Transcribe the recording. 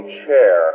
chair